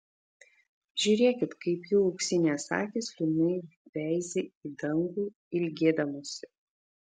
žiūrėkit kaip jų auksinės akys liūdnai veizi į dangų ilgėdamosi